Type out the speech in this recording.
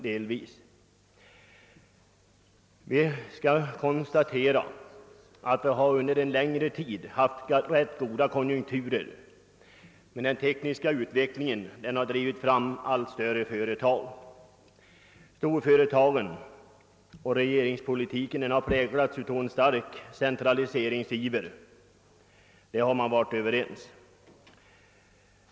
Det har ju under längre tid rått ganska goda konjunkturer, och den tekniska utvecklingen har drivit fram allt större företag. Både storföretagens egen politik och regeringspolitiken har präglats av en stark centraliseringsiver. Därvidlag har man varit överens.